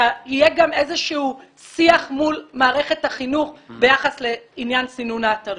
שיהיה גם איזשהו שיח מול מערכת החינוך ביחס לעניין סינון האתרים.